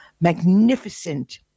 magnificent